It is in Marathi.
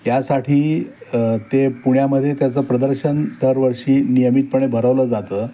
यासाठी ते पुण्यामध्ये त्याचं प्रदर्शन दरवर्षी नियमितपणे भरवलं जातं